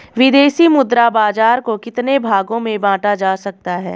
विदेशी मुद्रा बाजार को कितने भागों में बांटा जा सकता है?